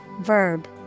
verb